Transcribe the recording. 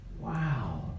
wow